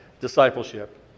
discipleship